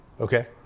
Okay